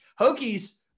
Hokie's